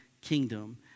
kingdom